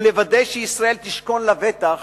ולוודא שישראל תשכון לבטח